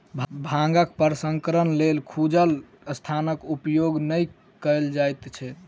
भांगक प्रसंस्करणक लेल खुजल स्थानक उपयोग नै कयल जाइत छै